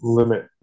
limit